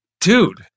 Dude